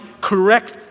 correct